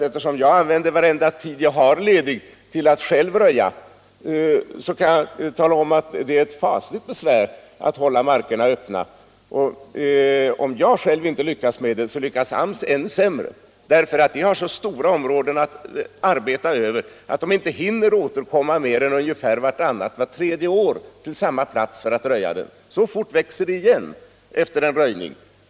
Eftersom jag använder all ledig tid till att själv röja kan jag tala om att det är ett fasligt besvär att hålla markerna öppna. Om inte jag lyckas med det, så lyckas AMS ännu sämre. Man har inom AMS så stora områden att arbeta över att man inte hinner återkomma mer än vartannat eller vart tredje år till samma plats för röjning. På den tiden växer det igen efter en röjning.